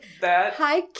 hi